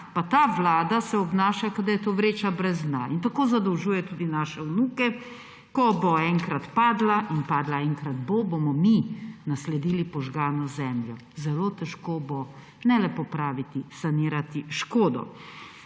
ta vlada obnaša, kot da je to vreča brez dna in tako zadolžuje tudi naše vnuke. Ko bo enkrat padla, in padla enkrat bo, bomo mi nasledili požgano zemljo. Zelo težko bo ne le popraviti, sanirati škodo.